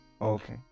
Okay